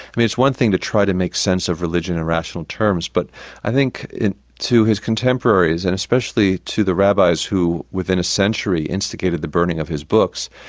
it's one thing to try to make sense of religion in rational terms, but i think to his contemporaries, and especially to the rabbis who, within a century instigated the burning of his books,